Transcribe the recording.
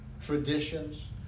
traditions